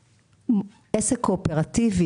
נירה, בבקשה.